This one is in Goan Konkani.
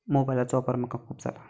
मोबायलाचो वापर म्हाका खूब जाला